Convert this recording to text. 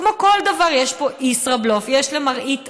כמו כל דבר, יש פה ישראבלוף, יש מראית עין,